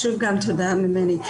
שוב, תודה ממני.